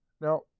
Now